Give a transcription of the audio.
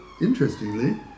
Interestingly